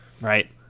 Right